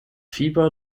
fieber